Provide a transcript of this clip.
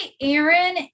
Aaron